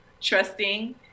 trusting